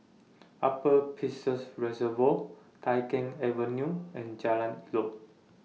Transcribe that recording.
Upper Peirce Reservoir Tai Keng Avenue and Jalan Elok